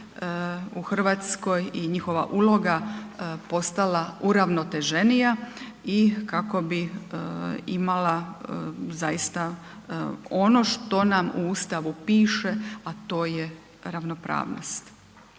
u RH i njihova uloga postala uravnoteženija i kako bi imala zaista ono što nam u Ustavu piše, a to je ravnopravnost.